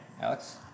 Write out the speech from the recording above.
Alex